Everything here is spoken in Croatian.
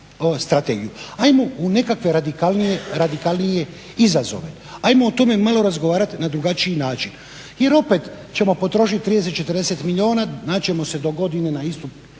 strategiju. Ajmo u nekakve radikalnije izazove. Ajmo o tome malo razgovarati na drugačiji način, jer opet ćemo potrošiti 30, 40 milijuna, naći ćemo se dogodine na istu